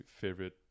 favorite